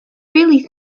really